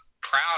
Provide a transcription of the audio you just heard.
proud